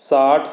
साठ